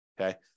Okay